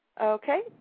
Okay